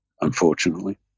unfortunately